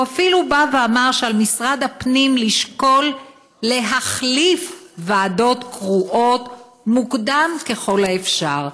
ואפילו שעל משרד הפנים לשקול להחליף ועדות קרואות מוקדם ככל האפשר.